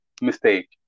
mistake